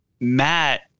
Matt